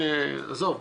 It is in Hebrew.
עזוב.